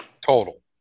Total